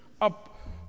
up